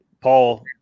Paul